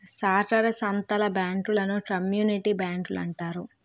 సాకార సంత్తల బ్యాంకులను కమ్యూనిటీ బ్యాంకులంటారు